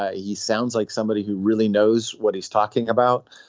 ah he sounds like somebody who really knows what he's talking about.